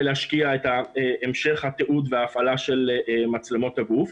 להשקיע את המשך התיעוד וההפעלה של מצלמות הגוף.